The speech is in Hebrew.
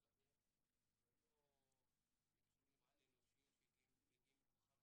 תארו לכם שאם לא היו מדברים במדינת ישראל על תאונות דרכים